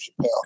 Chappelle